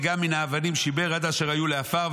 וגם מן האבנים שיבר, עד אשר היו כעפר.